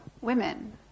women